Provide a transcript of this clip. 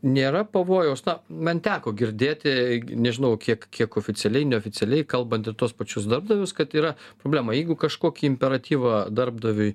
nėra pavojaus na man teko girdėti nežinau kiek kiek oficialiai neoficialiai kalbant ir tuos pačius darbdavius kad yra problema jeigu kažkokį imperatyvą darbdaviui